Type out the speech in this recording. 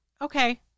okay